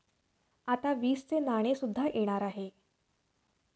आता वीसचे नाणे सुद्धा येणार आहे